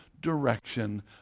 direction